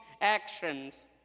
actions